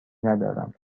ندارم